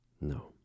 No